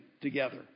together